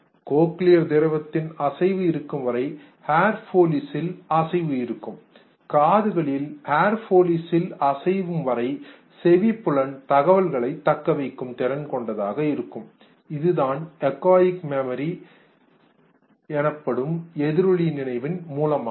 cochlear திரவத்தில் அசைவு இருக்கும் வரை ஹேர் போலிசில் மயிர் கால் அசைவு இருக்கும் காதுகளில் ஹேர் போலிசில் மயிர் காலில் அசையும் வரை செவிப்புலன் தகவல்களைத் தக்கவைக்கும் திறன் கொண்டதாக இருக்கும் இதுதான் எக்கோயிக் மெமரின் எதிரொலி நினைவு மூலமாகும்